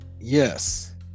yes